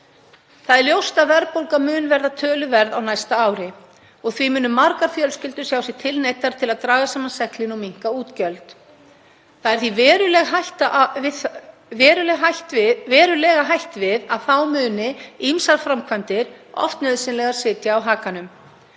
Það er ljóst að verðbólga mun verða töluverð á næsta ári og því munu margar fjölskyldur sjá sig tilneyddar að draga saman seglin og minnka útgjöld. Það er því verulega hætt við að þá muni ýmsar framkvæmdir, oft nauðsynlegar, sitja á hakanum.